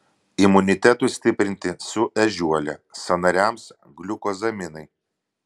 imunitetui stiprinti su ežiuole sąnariams gliukozaminai